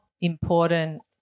important